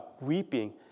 weeping